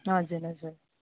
हजुर हजुर